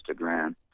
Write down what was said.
instagram